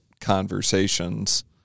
conversations